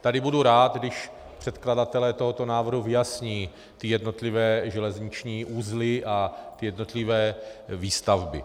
Tady budu rád, když předkladatelé tohoto návrhu vyjasní jednotlivé železniční uzly a jednotlivé výstavby.